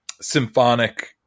symphonic